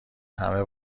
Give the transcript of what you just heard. همه